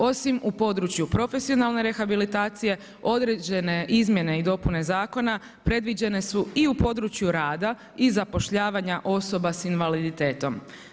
Osim u području profesionalne rehabilitacije određene izmjene i dopune zakona predviđene su i u području rada i zapošljavanja osoba s invaliditetom.